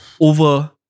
over